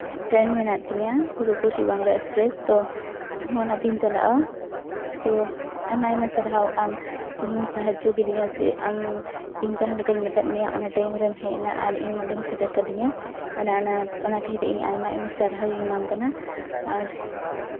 train ᱢᱮᱱᱟᱜ ᱛᱤᱧᱟᱹ Ruposhi Bangla express ᱛᱳ ᱤᱧᱦᱚᱸ ᱚᱱᱟᱛᱤᱧ ᱪᱟᱞᱟᱜᱼᱟ ᱛᱳ ᱟᱭᱢᱟ ᱟᱭᱢᱟ ᱥᱟᱨᱦᱟᱣ ᱟᱢ ᱤᱧᱮᱢ ᱥᱟᱦᱟᱡᱡᱚ ᱠᱤᱫᱤᱧᱟ ᱥᱮ ᱟᱢ ᱤᱧ ᱡᱟᱦᱟᱸ ᱞᱮᱠᱟᱧ ᱢᱮᱛᱟᱫ ᱢᱮᱭᱟ ᱚᱱᱟ ᱴᱟᱭᱤᱢ ᱨᱮᱢ ᱦᱮᱡᱱᱟ ᱟᱨ ᱤᱧ ᱱᱚᱸᱰᱮᱢ ᱥᱮᱴᱮᱨ ᱠᱟᱫᱤᱧᱟ ᱚᱱᱟ ᱚᱱᱟ ᱚᱱᱟ ᱠᱷᱟᱹᱛᱤᱨ ᱛᱮ ᱤᱧ ᱟᱭᱢᱟ ᱟᱭᱢᱟ ᱥᱟᱨᱦᱟᱣ ᱤᱧ ᱮᱢᱟᱢ ᱠᱟᱱᱟ ᱟᱨ